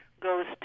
goes